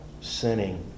sinning